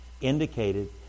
indicated